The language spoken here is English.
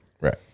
Right